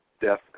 death